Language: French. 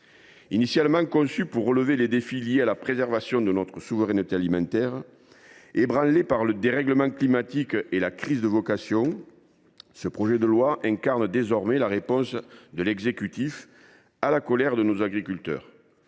Initialement conçu pour relever les défis liés à la préservation de notre souveraineté alimentaire, ébranlée par le dérèglement climatique et la crise des vocations, ce projet de loi incarne désormais la réponse de l’exécutif à la colère de nos agriculteurs,